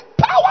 power